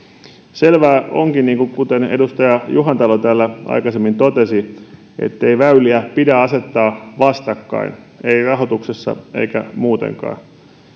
selvää onkin kuten edustaja juhantalo täällä aikaisemmin totesi ettei väyliä pidä asettaa vastakkain ei rahoituksessa eikä muutenkaan